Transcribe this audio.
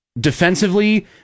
defensively